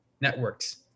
networks